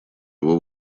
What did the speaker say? его